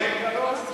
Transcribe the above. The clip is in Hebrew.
אם זה היה ביום שלישי,